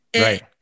Right